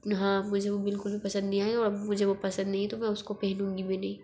हाँ मुझे वो बिल्कुल भी पसंद नहीं आए और अब मुझे वो पसंद नहीं हे तो में उसको पहनूँगी भी नहीं